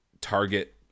target